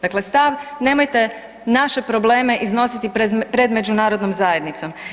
Dakle, stav nemojte naše probleme iznositi pred međunarodnom zajednicom.